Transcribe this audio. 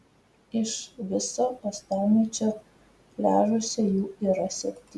iš viso uostamiesčio pliažuose jų yra septynios